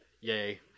Yay